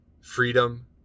freedom